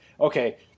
okay